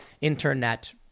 Internet